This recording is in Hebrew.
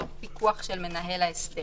תוך פיקוח של מנהל ההסדר.